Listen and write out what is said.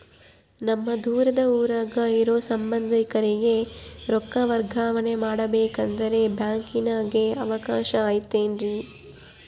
ನಮ್ಮ ದೂರದ ಊರಾಗ ಇರೋ ಸಂಬಂಧಿಕರಿಗೆ ರೊಕ್ಕ ವರ್ಗಾವಣೆ ಮಾಡಬೇಕೆಂದರೆ ಬ್ಯಾಂಕಿನಾಗೆ ಅವಕಾಶ ಐತೇನ್ರಿ?